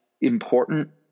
important